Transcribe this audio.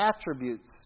attributes